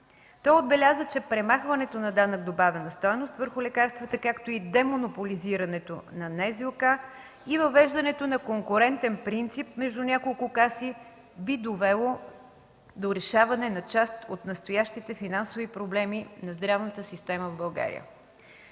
Той отбеляза, че премахването на данък добавена стойност върху лекарствата, както и демонополизирането на НЗОК и въвеждането на конкурентен принцип между няколко каси би довело до решаване на част от настоящите финансовите проблеми на здравната система в България.